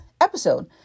episode